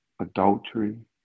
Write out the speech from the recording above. adultery